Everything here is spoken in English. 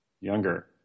Younger